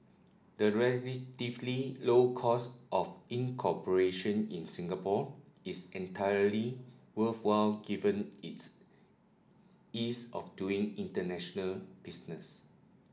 the relatively low cost of incorporation in Singapore is entirely worthwhile given its ease of doing international business